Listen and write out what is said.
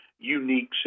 unique